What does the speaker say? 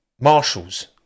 Marshals